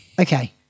okay